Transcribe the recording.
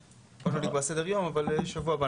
--- עוד לא נקבע סדר יום אבל בשבוע הבא,